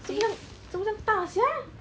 这么将这么将大 sia